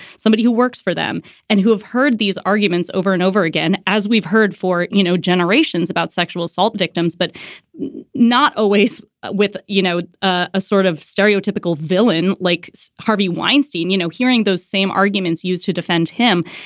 somebody who works for them and who have heard these arguments over and over again, as we've heard for, you know, generations about sexual assault victims, but not always with, you know, know, a sort of stereotypical villain like harvey weinstein, you know, hearing those same arguments used to defend him.